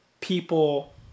people